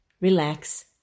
relax